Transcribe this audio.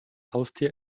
haustier